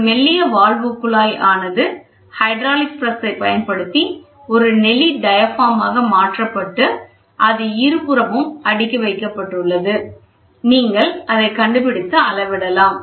ஒரு மெல்லிய வால்வு குழாய் ஆனது ஹைட்ராலிக் பிரசை பயன்படுத்தி ஒரு நெளி டயாபிராம் ஆக மாற்றப்பட்டு அது இருபுறமும் அடுக்கி வைக்கப்பட்டுள்ளது நீங்கள் அதைக் கண்டுபிடித்து அளவிடலாம்